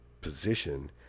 position